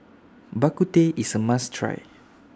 Bak Kut Teh IS A must Try